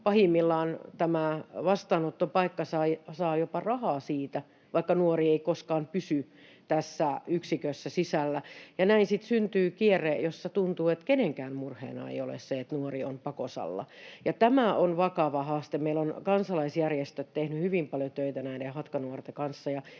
pahimmillaan tämä vastaanottopaikka saa jopa rahaa siitä, vaikka nuori ei koskaan pysy tässä yksikössä sisällä. Näin sitten syntyy kierre, jossa tuntuu, että kenenkään murheena ei ole se, että nuori on pakosalla, ja tämä on vakava haaste. Meillä ovat kansalaisjärjestöt tehneet hyvin paljon töitä näiden hatkanuorten kanssa,